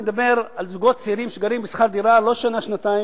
אני מדבר על זוגות צעירים שגרים בשכר דירה לא שנה-שנתיים,